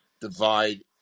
divide